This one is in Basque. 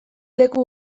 leku